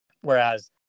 Whereas